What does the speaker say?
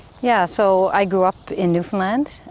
yeah, so i grew up in newfoundland.